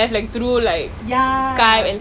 dey you missing out on life eh